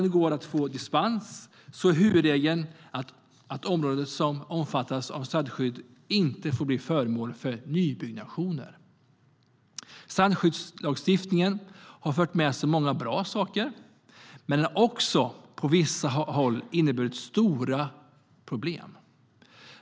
Det går att få dispens, men huvudregeln är att områden som omfattas av strandskydd inte får bli föremål för nybyggnationer. Strandskyddslagstiftningen har fört med sig många bra saker, men den har också på vissa håll inneburit stora problem.